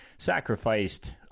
sacrificed